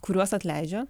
kuriuos atleidžia